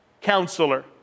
counselor